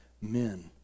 men